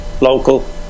local